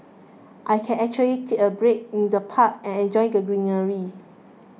I can actually take a break in the park and enjoy the greenery